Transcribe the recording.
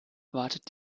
wartet